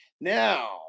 Now